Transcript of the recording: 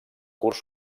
curs